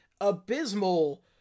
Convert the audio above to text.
abysmal